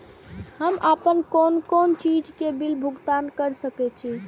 हम आपन कोन कोन चीज के बिल भुगतान कर सके छी?